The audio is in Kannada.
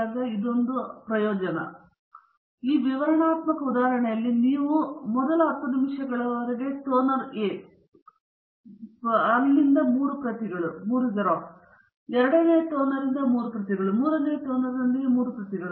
ಆದ್ದರಿಂದ ಈ ವಿವರಣಾತ್ಮಕ ಉದಾಹರಣೆಯಲ್ಲಿ ನೀವು ಮಾಡಬಹುದಾದದ್ದು ಮೊದಲ 10 ನಿಮಿಷಗಳವರೆಗೆ ಟೋನರು A ಮೊದಲ ಟೋನರ್ನ 3 ಪ್ರತಿಗಳು ಮತ್ತು ನಂತರ ಎರಡನೇ ಟೋನರುನ 3 ಪ್ರತಿಗಳು ಮತ್ತು ಮೂರನೆಯ ಟೋನರಿನೊಂದಿಗೆ 3 ಪ್ರತಿಗಳು